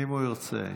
אתה רוצה תגובה,